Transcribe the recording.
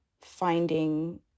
finding